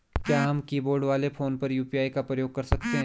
क्या हम कीबोर्ड वाले फोन पर यु.पी.आई का प्रयोग कर सकते हैं?